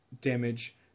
damage